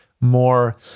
more